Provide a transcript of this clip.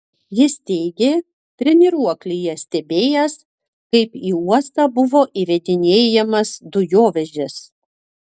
jis teigė treniruoklyje stebėjęs kaip į uostą buvo įvedinėjamas dujovežis